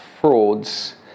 frauds